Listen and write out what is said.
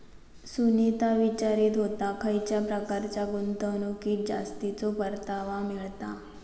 सुनीता विचारीत होता, खयच्या प्रकारच्या गुंतवणुकीत जास्तीचो परतावा मिळता?